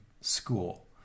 school